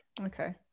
Okay